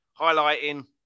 highlighting